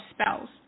spells